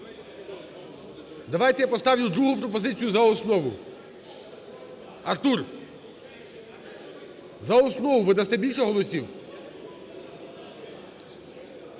Давайте я поставлю другу пропозицію за основу. Артур! За основу, ви дасте більше голосів?